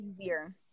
easier